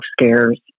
scares